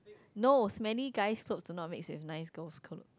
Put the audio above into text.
no so many guys thought the not make with has nice goal column